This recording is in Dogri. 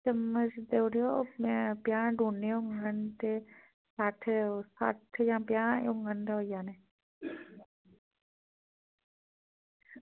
चम्मच देई ओड़ेओ ओह्दे च पंजाह् डून्ने होङन ते सट्ठ सट्ठ जां पंजाह् होङन ते होई जाने